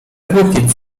głupiec